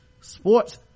Sports